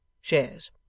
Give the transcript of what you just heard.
Shares